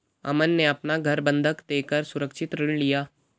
अमन ने अपना घर बंधक देकर सुरक्षित ऋण लिया